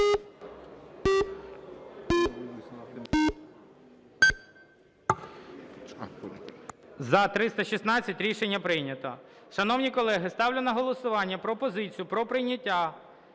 За-316 Рішення прийнято. Шановні колеги, ставлю на голосування пропозицію про прийняття